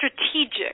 strategic